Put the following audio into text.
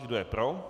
Kdo je pro?